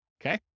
Okay